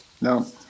No